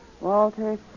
Walter